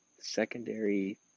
Secondary